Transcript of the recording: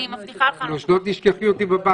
אני מבטיחה לך.